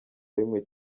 rimwe